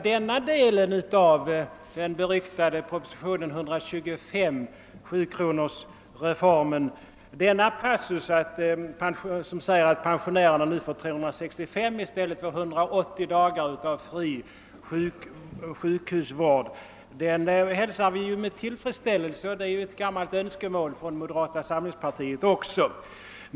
Den bestämmelse i den beryktade propositionen 125, sjukronorsreformen, som innebär att pensionärerna nu får fri sjukhusvård under 365 dagar i stället för 180 dagar hälsar vi för övrigt med tillfredsställelse — den tillgodoser ett gammalt önskemål från moderata samlingspartiet.